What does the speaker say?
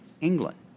England